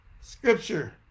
scripture